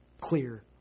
clear